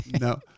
No